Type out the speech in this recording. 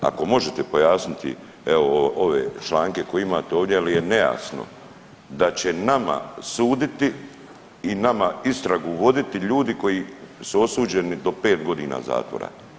Ako možete pojasniti evo ove članke koje imate ovdje jel je nejasno da će nama suditi i nama istragu voditi ljudi koji su osuđeni do 5 godina zatvora.